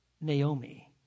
Naomi